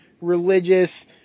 religious